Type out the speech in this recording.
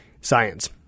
science